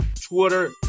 Twitter